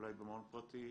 אולי במעון פרטי,